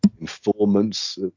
informants